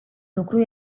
lucru